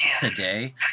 today